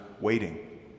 waiting